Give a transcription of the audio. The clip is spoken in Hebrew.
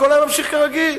הכול היה ממשיך כרגיל,